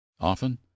Often